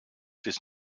bis